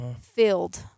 filled